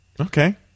Okay